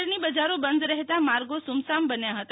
શહેરની બજારો બંધ રહેતા માર્ગો સુમસામ બન્યા હતા